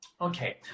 Okay